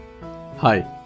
Hi